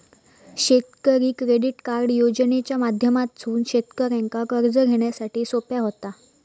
शेतकरी credit card योजनेच्या माध्यमातसून शेतकऱ्यांका कर्ज घेण्यासाठी सोप्या व्हता